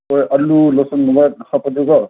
ꯍꯣꯏ ꯑꯥꯂꯨ ꯂꯁꯟꯒꯨꯝꯕ ꯍꯥꯞꯄꯗꯤꯀꯣ